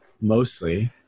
mostly